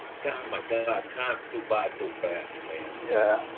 god, my god, time flew by so fast, man. yeah.